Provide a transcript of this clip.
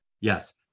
yes